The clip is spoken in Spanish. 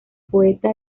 poeta